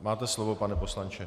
Máte slovo, pane poslanče.